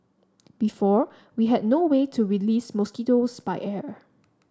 before we had no way to release mosquitoes by air